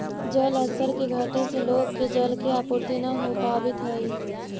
जलस्तर के घटे से लोग के जल के आपूर्ति न हो पावित हई